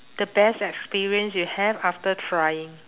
the best experience you have after trying